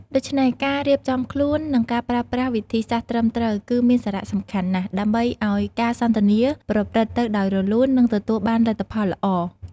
ដូច្នេះ ការរៀបចំខ្លួន និងការប្រើប្រាស់វិធីសាស្ត្រត្រឹមត្រូវគឺមានសារៈសំខាន់ណាស់ ដើម្បីឱ្យការសន្ទនាប្រព្រឹត្តទៅដោយរលូន និងទទួលបានលទ្ធផលល្អ។